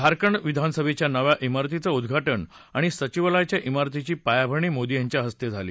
झारखंड विधानसभेच्या नव्या इमारतीचं उद्वाजे आणि सचिवालयाच्या इमारतीची पायाभरणी मोदी यांच्या हस्ताझिाली